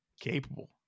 Capable